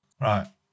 Right